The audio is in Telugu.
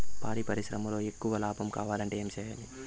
పాడి పరిశ్రమలో ఎక్కువగా లాభం కావాలంటే ఏం చేయాలి?